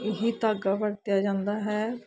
ਇਹੀ ਧਾਗਾ ਵਰਤਿਆ ਜਾਂਦਾ ਹੈ